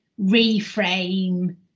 reframe